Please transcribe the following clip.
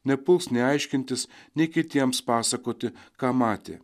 nepuls nei aiškintis nei kitiems pasakoti ką matė